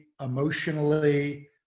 emotionally